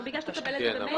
אם הוא ביקש לקבל את זה במייל,